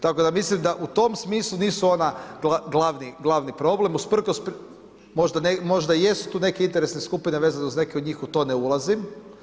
Tako da mislim da u tom smislu nisu ona glavni problem, usprkos, možda i jesu tu interesne skupine, vezane uz neke od njih u to ne ulazim.